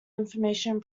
information